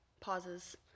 pauses